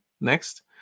next